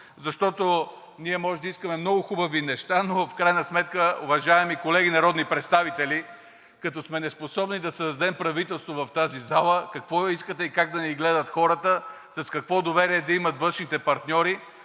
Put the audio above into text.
защото ние може да искаме много хубави неща, но в крайна сметка, уважаеми колеги народни представители, като сме неспособни да създадем правителство в тази зала, какво искате, как да ни гледат хората, какво доверие да имат външните партньори